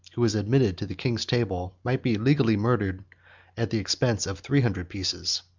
who was admitted to the king's table, might be legally murdered at the expense of three hundred pieces.